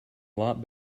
lot